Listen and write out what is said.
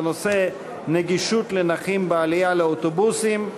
בנושא: נגישות לנכים בעלייה לאוטובוסים.